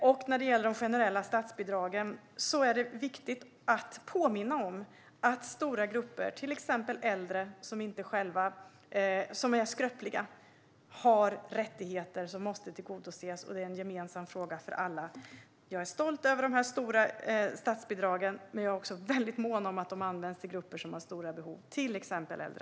Vad gäller de generella statsbidragen är det viktigt att påminna om att stora grupper, till exempel äldre som är skröpliga, har rättigheter som måste tillgodoses, och det är en gemensam fråga för alla. Jag är stolt över de stora statsbidragen, men jag är också väldigt mån om att de används till grupper som har stora behov, till exempel äldre.